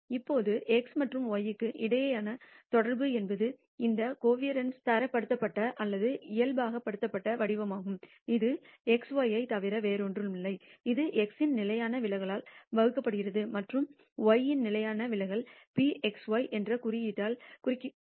இப்போது x மற்றும் y க்கு இடையேயான தொடர்பு என்பது இந்த கோவாரென்ஸின் தரப்படுத்தப்பட்ட அல்லது இயல்பாக்கப்பட்ட வடிவமாகும் இது xy ஐ தவிர வேறொன்றுமில்லை இது x இன் நிலையான விலகலால் வகுக்கப்படுகிறது மற்றும் y இன் நிலையான விலகல் ρxy என்ற குறியீட்டால் குறிக்கப்படுகிறது